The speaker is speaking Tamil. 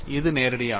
இது நேரடியானது